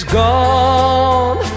gone